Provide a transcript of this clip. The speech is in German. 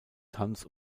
tanz